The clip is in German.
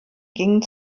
gingen